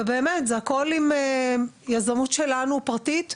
הכל יזמות פרטית שלנו,